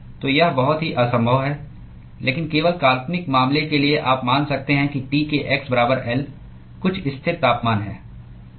तो यह बहुत ही असंभव है लेकिन केवल काल्पनिक मामले के लिए आप मान सकते हैं कि T के x बराबर L कुछ स्थिर तापमान है